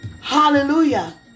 Hallelujah